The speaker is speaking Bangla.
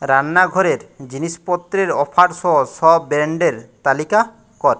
রান্নাঘরের জিনিসপত্রের অফার সহ সব ব্র্যান্ডের তালিকা কর